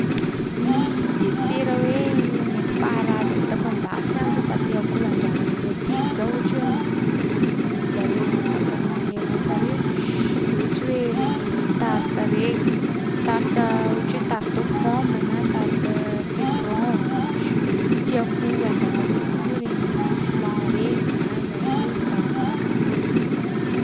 Gny desera hoe nentim-paharaza hitako an-dafy any zao mba tiàko andraman’olo atiky zao, ohatra hoe amin’ny i- amin’ny zareo bakan’ny Erôpa regny, ohatsy hoe regny tarte regny. Tarte ohatry hoe tarte aux pommes na tarte citron. De tiàko andraman’olo koa zao regny flan regny na yaourt a, na gâteau.